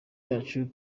yacu